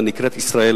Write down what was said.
הנקראת "ישראל",